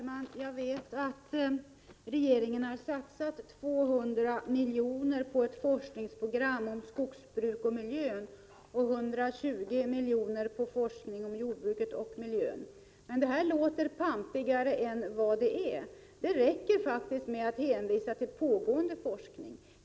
Herr talman! Jag vet att regeringen har satsat 200 milj.kr. på forskningsprogram om skogsbruket och miljön och 120 milj.kr. på forskning om jordbruket och miljön. Men detta låter pampigare än vad det är. Det räcker faktiskt att hänvisa till pågående forskning.